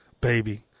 Baby